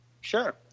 Sure